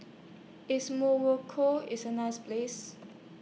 IS Morocco IS A nice Place